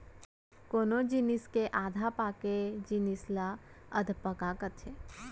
कोनो जिनिस के आधा पाके जिनिस ल अधपका कथें